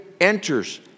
enters